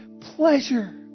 pleasure